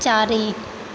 चारि